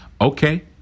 Okay